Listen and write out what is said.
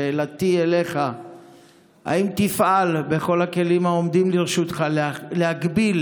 שאלותיי אליך: 1. האם תפעל בכל הכלים העומדים לרשותך להגביל